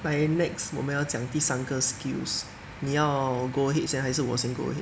来 next 我们要讲第三个 skills 你要 go ahead 先还是我先 go ahead